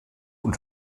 und